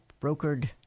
brokered